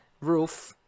roof